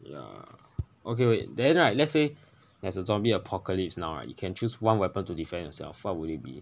ya okay wait then right let's say there's a zombie apocalypse now right you can choose one weapon to defend yourself what would it be